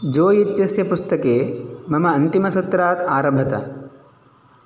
जो इत्यस्य पुस्तके मम अन्तिमसत्रात् आरभत